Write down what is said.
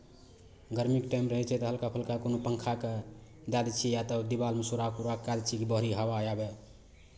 गरमीके टाइम रहै छै तऽ हलका फलका कोनो पङ्खाके दए दै छियै या तऽ दिवालमे सुराख उराख कए दै छियै कि बाहरी हवा आबय